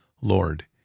Lord